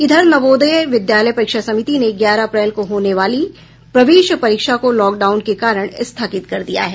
इधर नवोदय विद्यालय परीक्षा समिति ने ग्यारह अप्रैल को होने वाली प्रवेश परीक्षा को लॉकडाउन के कारण स्थगित कर दिया है